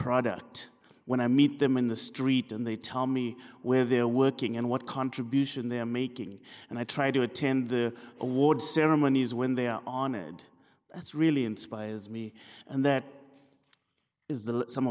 product when i meet them in the street and they tell me where they're working and what contribution they're making and i try to attend the awards ceremonies when they are on and that's really inspires me and that is the s